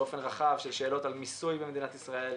באופן רחב יש שאלות של מיסוי במדינת ישראל,